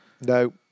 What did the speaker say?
No